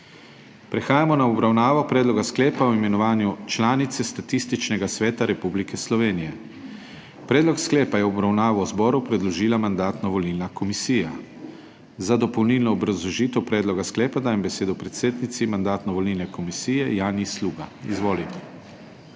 Prehajamo na obravnavo Predloga sklepa o imenovanju članice Statističnega sveta Republike Slovenije. Predlog sklepa je v obravnavo zboru predložila Mandatno-volilna komisija. Za dopolnilno obrazložitev predloga sklepa dajem besedo predsednici Mandatno-volilne komisije Janji Sluga. Izvolite.